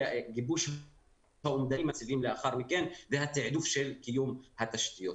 ובגיבוש --- לאחר מכן והתעדוף של קיום התשתיות.